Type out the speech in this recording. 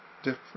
different